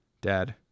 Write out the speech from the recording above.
Dad